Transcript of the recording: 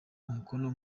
umukono